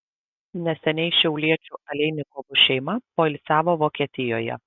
neseniai šiauliečių aleinikovų šeima poilsiavo vokietijoje